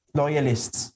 loyalists